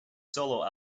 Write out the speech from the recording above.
solo